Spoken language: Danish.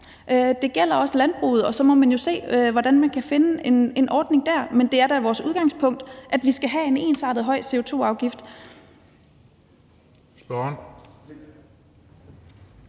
det gælder også for landbruget. Og så må man jo se, hvordan man kan finde en ordning dér, men det er da vores udgangspunkt, at vi skal have en ensartet, høj CO2-afgift.